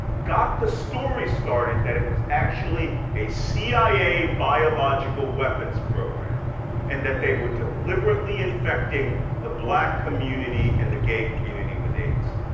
got the story started that it was actually a cia biological weapons program and that they were deliberately infecting the black community and the gay community with aids.